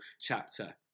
chapter